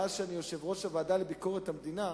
מאז אני יושב-ראש הוועדה לביקורת המדינה,